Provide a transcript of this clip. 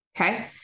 Okay